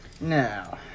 Now